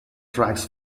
tracks